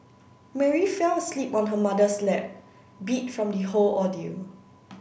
Mary fell asleep on her mother's lap beat from the whole ordeal